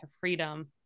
freedom